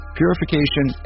purification